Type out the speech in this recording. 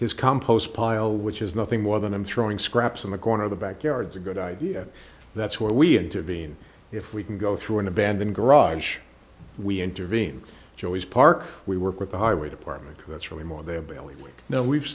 his compost pile which is nothing more than him throwing scraps in the corner of the backyards a good idea that's where we intervene if we can go through an abandoned garage we intervene joey's park we work with the highway department that's really more they're bailing now we've